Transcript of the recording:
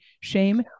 Shame